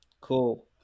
Cool